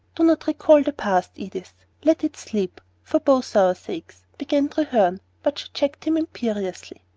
do not recall the past, edith let it sleep, for both our sakes, began treherne but she checked him imperiously.